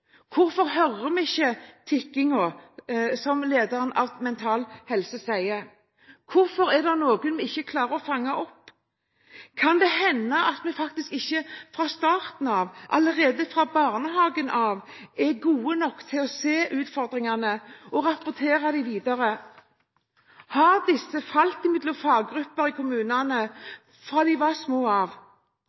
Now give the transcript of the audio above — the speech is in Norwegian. Hvorfor hører vi ikke «tikkingen», som lederen av Mental Helse snakker om? Hvorfor er det noen vi ikke klarer å fange opp? Kan det hende at vi fra starten av, allerede i barnehagen, faktisk ikke er gode nok til å se utfordringene og rapportere dem videre? Har disse menneskene falt mellom faggrupper i kommunene fra de var små?